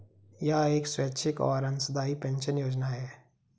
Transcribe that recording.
यह एक स्वैच्छिक और अंशदायी पेंशन योजना है